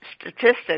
statistics